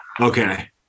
Okay